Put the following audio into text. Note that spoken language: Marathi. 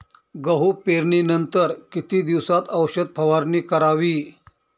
गहू पेरणीनंतर किती दिवसात औषध फवारणी करावी?